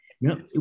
No